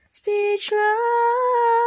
speechless